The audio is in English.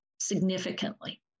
significantly